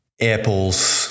apples